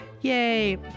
Yay